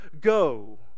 go